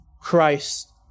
Christ